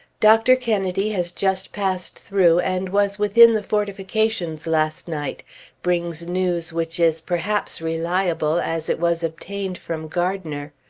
dr. kennedy has just passed through, and was within the fortifications last night brings news which is perhaps reliable, as it was obtained from gardiner.